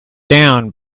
down